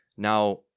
Now